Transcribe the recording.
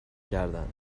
کردن